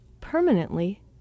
permanently